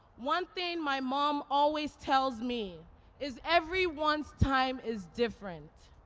one thing my mom always tells me is, everyone's time is different.